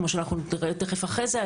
כמו שאנחנו נראה תיכף אחרי זה,